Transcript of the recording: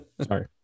Sorry